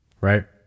Right